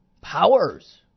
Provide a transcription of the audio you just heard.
powers